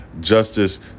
Justice